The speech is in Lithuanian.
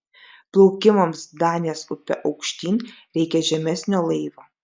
plaukimams danės upe aukštyn reikia žemesnio laivo